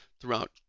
throughout